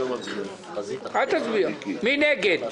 מי נגד?